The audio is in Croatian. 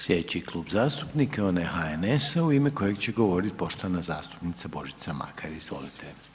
Slijedeći Klub zastupnika je onaj HNS-a u ime kojeg će govorit poštovana zastupnica Božica Makar, izvolite.